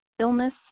illness